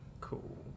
Cool